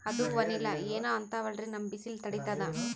ಅದು ವನಿಲಾ ಏನೋ ಅಂತಾರಲ್ರೀ, ನಮ್ ಬಿಸಿಲ ತಡೀತದಾ?